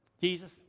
Jesus